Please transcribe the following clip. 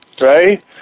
right